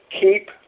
keep